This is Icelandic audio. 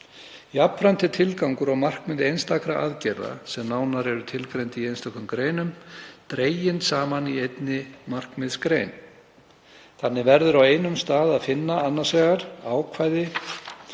Jafnframt er tilgangur og markmið einstakra aðgerða, sem nánar eru tilgreind í einstökum greinum, dregin saman í einni markmiðsgrein. Þannig verður á einum stað að finna annars vegar ákvæði